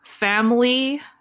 family